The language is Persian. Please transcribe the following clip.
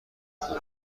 خوب